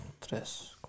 tres